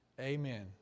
Amen